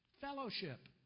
fellowship